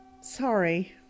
Sorry